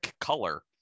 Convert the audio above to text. color